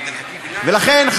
ולכן,